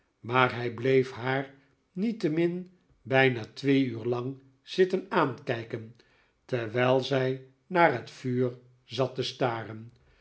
maar hij bleef haar niettemin bijna twee uur lang zitten aankijken terwijl zij naar het vuur zat te staren